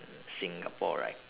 singapore right